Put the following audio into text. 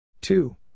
two